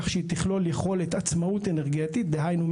כך שהיא תכלול יכולת עצמאות אנרגטית דהיינו,